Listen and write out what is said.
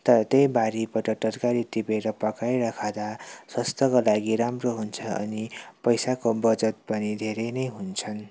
त त्यही बारीबाट तरकारी टिपेर पकाएर खाँदा स्वास्थ्यको लागि राम्रो हुन्छ अनि पैसाको बचत पनि धेरै नै हुन्छन्